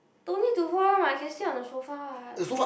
don't need to roll [one] [what] can sleep on the sofa [what]